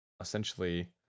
essentially